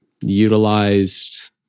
utilized